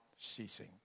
ceasing